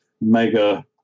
mega